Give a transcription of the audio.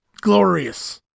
glorious